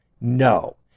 No